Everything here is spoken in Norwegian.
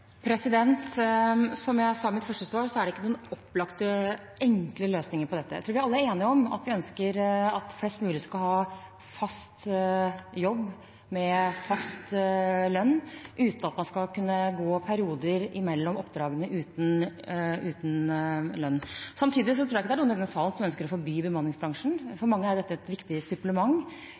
Som jeg sa i mitt første svar, er det ingen opplagte, enkle løsninger på dette. Jeg tror vi alle er enige om at vi ønsker at flest mulig skal ha fast jobb, med fast lønn, uten at man skal kunne gå i perioder mellom oppdragene uten lønn. Samtidig tror jeg ikke det er noen i denne salen som ønsker å forby bemanningsbransjen. For mange er jo dette et viktig supplement